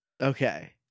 okay